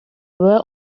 were